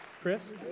Chris